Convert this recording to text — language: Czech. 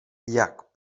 jak